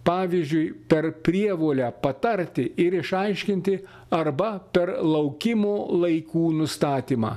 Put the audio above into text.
pavyzdžiui per prievolę patarti ir išaiškinti arba per laukimo laikų nustatymą